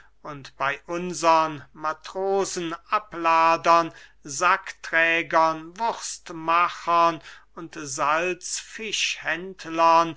bey unsern matrosen abladern sackträgern wurstmachern und